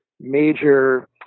major